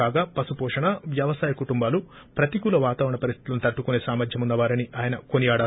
కాగా పశుపోషణ వ్యవసాయ కుటుంబాలు ప్రతికూల వాతావరణ పరిస్లితులను తట్టుకునే సామర్వం ఉన్న వారని ఆయన కొనియాడారు